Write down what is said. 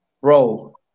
Bro